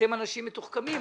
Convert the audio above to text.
אתם אנשים מתוחכמים,